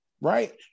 right